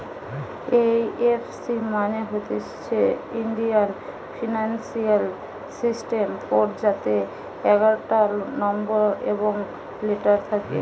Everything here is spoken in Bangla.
এই এফ সি মানে হতিছে ইন্ডিয়ান ফিনান্সিয়াল সিস্টেম কোড যাতে এগারটা নম্বর এবং লেটার থাকে